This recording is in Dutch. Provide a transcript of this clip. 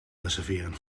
reserveren